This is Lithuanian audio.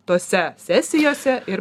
tose sesijose ir